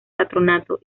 patronato